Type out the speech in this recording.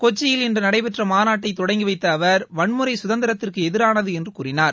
கொச்சியில் இன்று நடைபெற்ற மாநாட்டை தொடங்கி வைத்த அவர் வன்முறை சுதந்திரத்திற்கு எதிரானது என்று கூறினார்